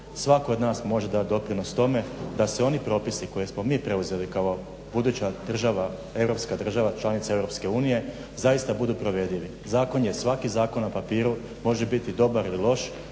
Svatko od nas može dati doprinos tome da se oni propisi koje smo mi preuzeli kao buduća država, europska država članica EU zaista budu provedivi. Zakon je svaki zakon na papiru može biti dobar ili loš,